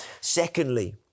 secondly